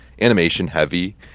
animation-heavy